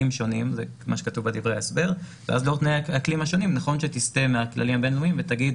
שונים לכן בגללם נכון שתסטה מהכללים הבין-לאומיים ותגיד